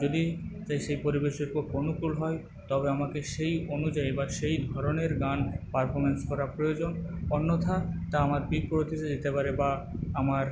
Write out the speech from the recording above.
যদি সেই পরিবেশের ওপর অনুকূল হয় তবে আমাকে সেই অনুযায়ী বা সেই ধরনের গান পারফমেন্স করা প্রয়োজন অন্যথা তা আমার যেতে পারে বা আমার